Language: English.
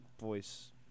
voice